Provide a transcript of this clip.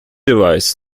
device